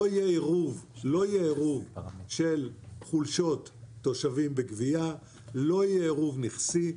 לא יהיה עירוב של חולשות תושבים בגבייה ולא יהיה עירוב נכסי.